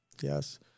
Yes